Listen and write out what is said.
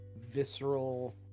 visceral